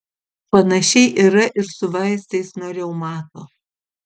panašiai yra ir su vaistais nuo reumato